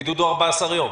הבידוד הוא 14 יום.